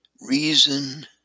Reason